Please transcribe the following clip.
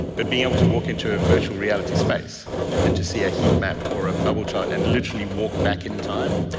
but being able to walk into a virtual reality space and to see a heat map or a bubble chart and literally walk back in time,